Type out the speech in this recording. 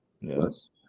Yes